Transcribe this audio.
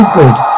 good